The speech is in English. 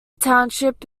township